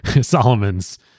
Solomon's